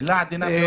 זאת מילה עדינה מאוד.